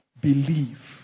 believe